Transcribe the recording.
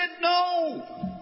no